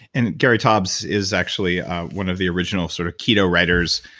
and gary tobbs is actually one of the original sort of keto writers,